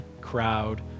crowd